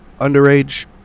underage